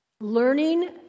learning